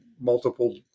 multiple